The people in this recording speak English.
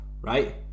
right